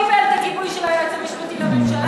גם בפעם שעברה הוא קיבל את הגיבוי של היועץ המשפטי לממשלה,